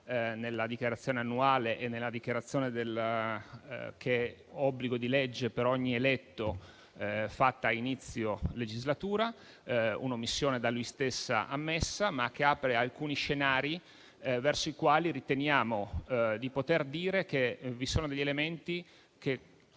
nella dichiarazione annuale, nella dichiarazione che è obbligo di legge per ogni eletto, fatta a inizio legislatura. È un'omissione da lui stessa ammessa, ma che apre alcuni scenari verso i quali riteniamo di poter dire che vi sono degli elementi che